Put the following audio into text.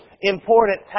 important